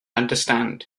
understand